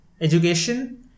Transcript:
Education